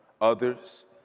others